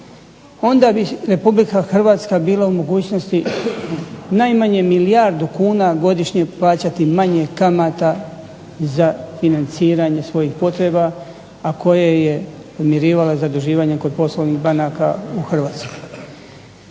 onda bi RH bila u mogućnosti najmanje milijardu kuna godišnje plaćati manje kamata za financiranje svojih potreba, a koje je podmirivala zaduživanjem kod poslovnih banaka u Hrvatskoj.